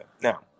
Now